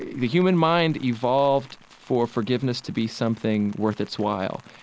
the human mind evolved for forgiveness to be something worth its while,